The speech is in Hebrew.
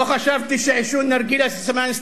לא חשבתי שעישון נרגילה זה סימן סטטוס.